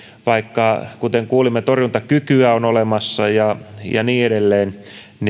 vaikka kuten kuulimme torjuntakykyä on olemassa ja ja niin edelleen